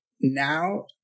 now